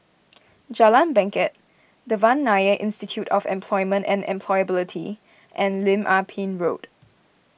Jalan Bangket Devan Nair Institute of Employment and Employability and Lim Ah Pin Road